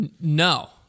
No